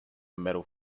metal